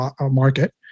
market